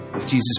Jesus